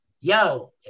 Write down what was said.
yo